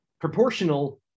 proportional